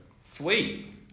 sweet